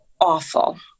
awful